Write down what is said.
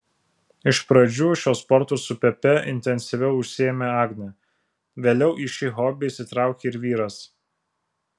iš pradžių šiuo sportu su pepe intensyviau užsiėmė agnė vėliau į šį hobį įsitraukė ir vyras